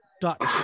Dutch